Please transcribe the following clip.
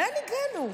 לאן הגענו?